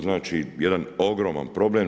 Znači jedan ogroman problem.